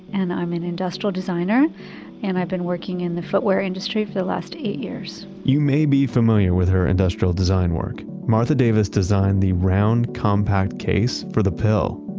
and i am an industrial designer and i've been working in the footwear industry for the last eight years you may be familiar with her industrial design work. martha davis designed the round, compact case for the pill.